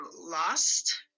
lost